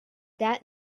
that